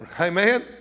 Amen